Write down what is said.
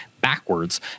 backwards